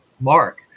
Mark